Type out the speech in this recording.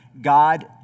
God